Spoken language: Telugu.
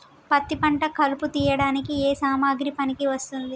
పత్తి పంట కలుపు తీయడానికి ఏ సామాగ్రి పనికి వస్తుంది?